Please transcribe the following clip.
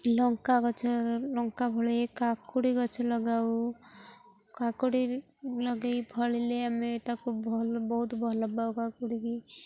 ଲଙ୍କା ଗଛ ଲଙ୍କା ଭଳି କାକୁଡ଼ି ଗଛ ଲଗାଉ କାକୁଡ଼ି ଲଗେଇ ଫଳିଲେ ଆମେ ତାକୁ ଭଲ ବହୁତ ଭଲ ପାଉ କାକୁଡ଼ିକି